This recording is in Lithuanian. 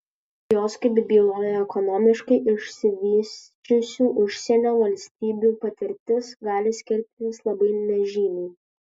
jos kaip byloja ekonomiškai išsivysčiusių užsienio valstybių patirtis gali skirtis labai nežymiai